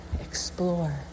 Explore